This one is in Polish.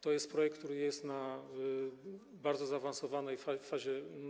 To jest projekt, który jest w bardzo zaawansowanej fazie.